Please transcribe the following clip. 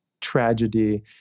tragedy